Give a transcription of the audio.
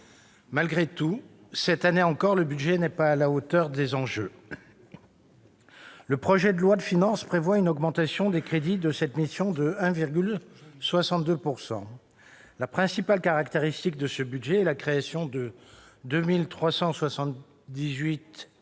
Malgré tout, cette année encore, le budget n'est pas à la hauteur des enjeux. Le projet de loi de finances prévoit une augmentation des crédits de cette mission de 1,62 %. La principale caractéristique de ce budget est la création de 2 378 ETP,